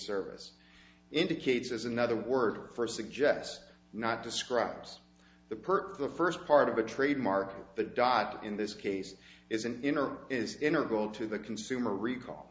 service indicates as another word for suggests not describes the per the first part of a trademark the dot in this case is an inner is in or go to the consumer recall